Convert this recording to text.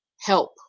help